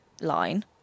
line